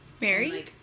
Mary